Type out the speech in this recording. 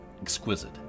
exquisite